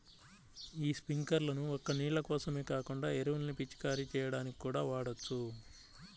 యీ స్పింకర్లను ఒక్క నీళ్ళ కోసమే కాకుండా ఎరువుల్ని పిచికారీ చెయ్యడానికి కూడా వాడొచ్చు